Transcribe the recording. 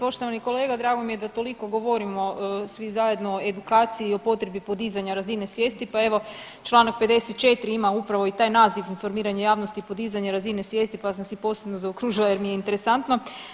Poštovani kolega drago mi je da toliko govorimo svi zajedno o edukaciji i o potrebi podizanja razine svijesti, pa evo Članak 54. ima upravo i taj naziv informiranje javnosti i podizanje razine svijesti pa sam si posebno zaokružila jer mi je interesantno.